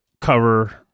cover